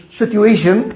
situation